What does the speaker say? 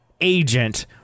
agent